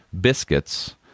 Biscuits